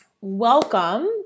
Welcome